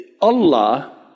Allah